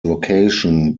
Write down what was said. location